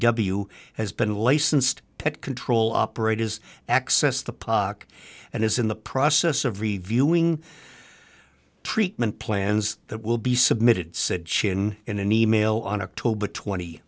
w has been licensed pick control operate his access to poc and is in the process of reviewing treatment plans that will be submitted said chin in an e mail on october twenty